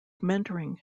mentoring